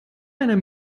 einer